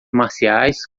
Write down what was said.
marciais